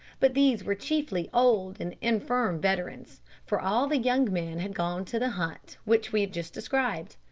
but these were chiefly old and infirm veterans, for all the young men had gone to the hunt which we have just described.